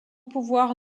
pouvoir